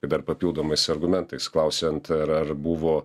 ir dar papildomais argumentais klausiant ar ar buvo